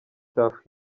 tuff